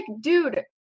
dude